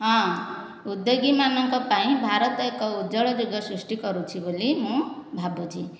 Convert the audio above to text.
ହଁ ଉଦ୍ୟୋଗୀ ମାନଙ୍କ ପାଇଁ ଭାରତ ଏକ ଉଜ୍ୱଳ ଯୁଗ ସୃଷ୍ଟି କରୁଛି ବୋଲି ମୁଁ ଭାବୁଛି